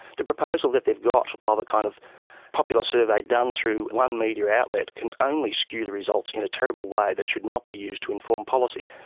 the proposal that they've got of a kind of popular survey done through one media outlet, can only skew the results in a terrible way that should not be used to inform policy.